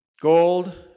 Gold